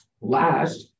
Last